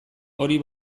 hori